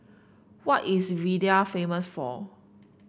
what is Riyadh famous for